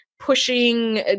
pushing